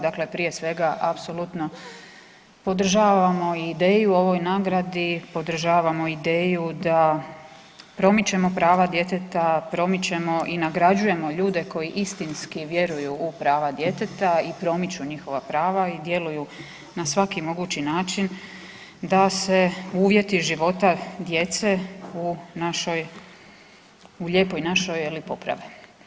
Dakle prije svega apsolutno podržavamo ideju o ovoj nagradi, podržavamo ideju da promičemo prava djeteta, promičemo i nagrađujemo ljude koji istinski vjeruju u prava djeteta, i promiču njihova prava i djeluju na svaki mogući način da se uvjeti života djece u lijepoj našoj poprave.